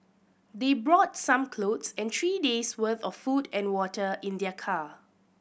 they brought some clothes and three days' worth of food and water in their car